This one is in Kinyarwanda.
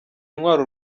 intwari